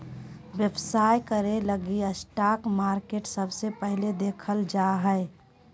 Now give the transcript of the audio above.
व्यवसाय करे लगी स्टाक मार्केट सबसे पहले देखल जा हय